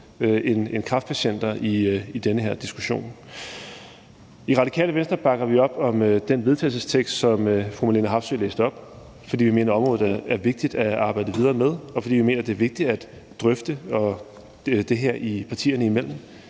end kræftpatienter, i den her diskussion. I Radikale Venstre bakker vi op om den vedtagelsestekst, som fru Marlene Harpsøe læste op, fordi vi mener, at området er vigtigt at arbejde videre med, og fordi vi mener, at det er vigtigt at drøfte det her partierne imellem.